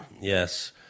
Yes